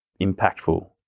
impactful